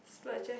splurge eh